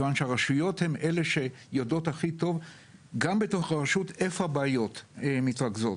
מכיוון שהרשויות הן אלה שיודעות הכי טוב איפה הבעיות מתרכזות.